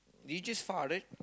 did you just farted